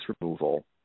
removal